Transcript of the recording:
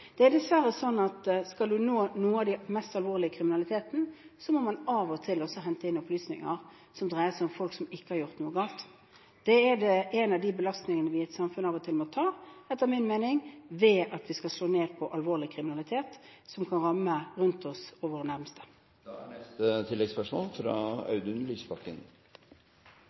Det er dessverre sånn at skal man nå noe av den mest alvorlige kriminaliteten, må man av og til også hente inn opplysninger som dreier seg om folk som ikke har gjort noe galt. Det er en av de belastningene vi i et samfunn av og til må ta, etter min mening, for at vi skal kunne slå ned på alvorlig kriminalitet som kan ramme oss og våre nærmeste.